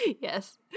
Yes